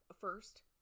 first